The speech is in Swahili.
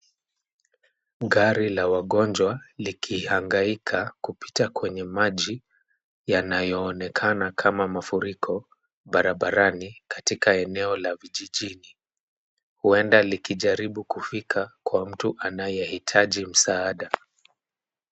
Gari la wagonjwa likihangaika kupita kwenye maji yanayoonekana kama mafuriko barabarani katika eneo la vijijini. Huenda likijaribu kufika kwa mtu anayehitaji msaada.